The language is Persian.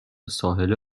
ساحل